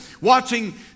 watching